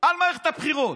על מערכת הבחירות,